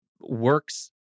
works